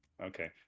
okay